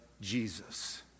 Jesus